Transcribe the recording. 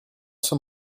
sua